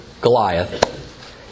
Goliath